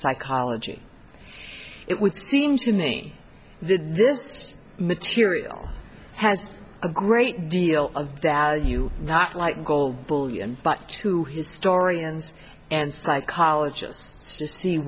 psychology it would seem to me this material has a great deal of that you not like gold bullion but to historians and psychologists to see